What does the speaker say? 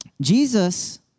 Jesus